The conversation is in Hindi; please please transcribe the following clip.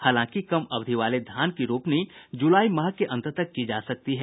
हालांकि कम अवधि वाले धान की रोपनी जुलाई माह के अंत तक की जा सकती है